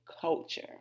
culture